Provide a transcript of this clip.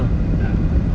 ah